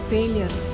Failure